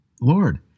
Lord